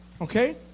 Okay